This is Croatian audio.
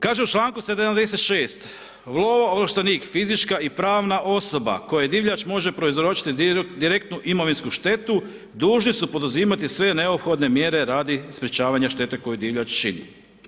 Kaže u članku 76., lovoovlaštenik, fizička i pravna osoba, kojoj divljač može prouzročiti direktnu imovinsku štetu, dužni su poduzimati sve neophodne mjere radi sprečavanja štete koju divljač čini.